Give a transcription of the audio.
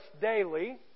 daily